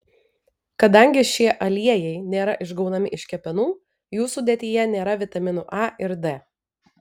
kadangi šie aliejai nėra išgaunami iš kepenų jų sudėtyje nėra vitaminų a ir d